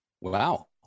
Wow